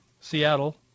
Seattle